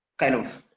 kind of,